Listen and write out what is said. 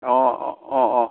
অঁ অঁ অঁ অঁ